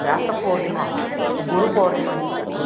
व्यासपूर्णिमा गुरु पूर्णिमा इति काचित्